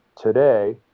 today